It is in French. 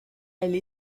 elle